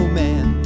man